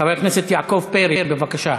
חבר הכנסת יעקב פרי, בבקשה.